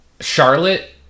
charlotte